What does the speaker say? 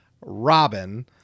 Robin